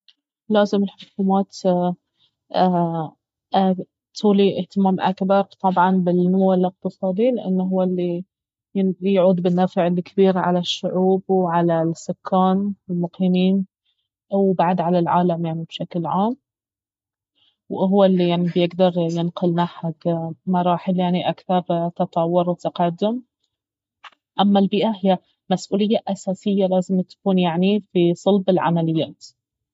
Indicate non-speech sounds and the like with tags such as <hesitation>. لازم الحكومات <hesitation> تولي اهتمام اكبر طبعا بالنمو الاقتصادي لانه اهو الي بيعود بالنفع الكبير على الشعوب وعلى السكان والمقيمين وبعد على العالم يعني بشكل عام واهو الي يعني بيقدر ينقلنا حق مراحل يعني اكثر تطور وتقدم اما البيئة اهي مسؤولية أساسية لازم تكون يعني في صلب العمليات